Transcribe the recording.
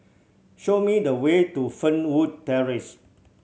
show me the way to Fernwood Terrace